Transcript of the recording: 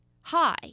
Hi